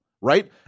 right